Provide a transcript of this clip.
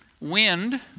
wind